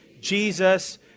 Jesus